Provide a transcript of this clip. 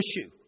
issue